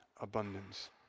abundance